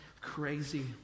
crazy